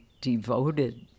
devoted